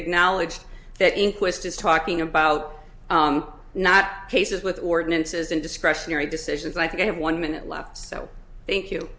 acknowledged that inquest is talking about not cases with ordinances and discretionary decisions like i have one minute left so thank you